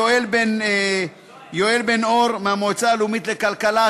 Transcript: ליואל בן-אור מהמועצה הלאומית לכלכלה,